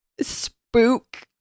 spook